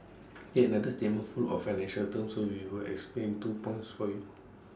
yet another statement full of financial terms so we will explain two points for you